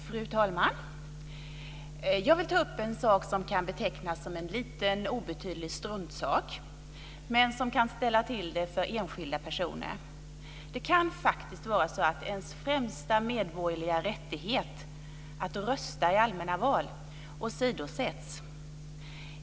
Fru talman! Jag vill ta upp en sak som kan betecknas som en liten obetydlig struntsak men som kan ställa till det för enskilda personer. Det kan faktiskt vara så att ens främsta medborgerliga rättighet - att rösta i allmänna val - åsidosätts.